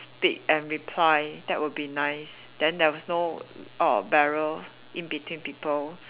speak and reply that would be nice then there is no err barrier in between people